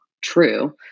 true